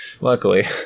Luckily